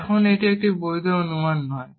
এখন এটি একটি বৈধ অনুমান নয়